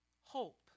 hope